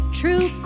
true